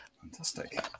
Fantastic